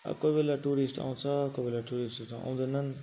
अब कोही बेला टुरिस्टहरू आउँछ कोही बेला टुरिस्टहरू आउँदैनन्